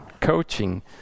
coaching